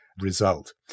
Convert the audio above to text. result